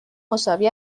مساوی